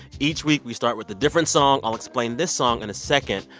each week, we start with a different song. i'll explain this song in a second.